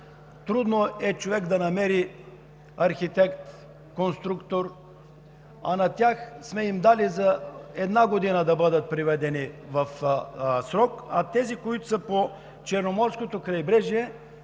по-трудно човек да намери архитект, конструктор, а на тях сме им дали за една година да бъдат приведени в срок. На тези, които са по Черноморското крайбрежие,